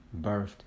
birthed